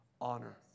honor